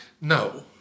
No